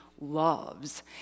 loves